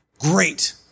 great